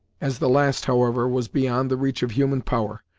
as the last, however, was beyond the reach of human power,